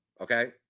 Okay